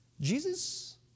Jesus